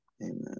Amen